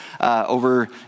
over